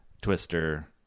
twister